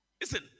listen